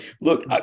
look